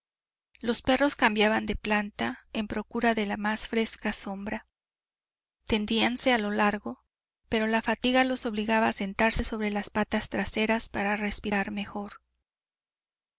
los perros cambiaban de planta en procura de más fresca sombra tendíanse a lo largo pero la fatiga los obligaba a sentarse sobre las patas traseras para respirar mejor